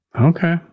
okay